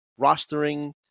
rostering